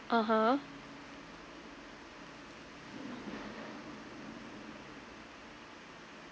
(uh huh)